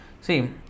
See